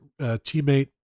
teammate